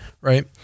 right